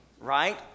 Right